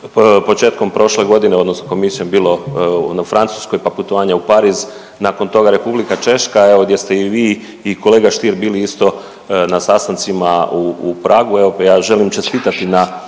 početkom prošle godine odnosno komisijom bilo na Francuskoj pa putovanja u Pariz, nakon toga Republika Češka evo gdje ste i vi i kolega Stier bili isto na sastancima u Pragu,